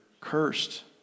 cursed